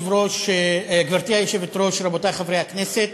גברתי היושבת-ראש, רבותי חברי הכנסת,